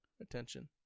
attention